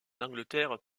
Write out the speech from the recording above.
angleterre